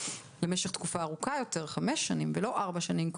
למשך תקופה ארוכה יותר של חמש שנים ולא ארבע שנים,